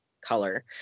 color